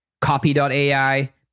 Copy.AI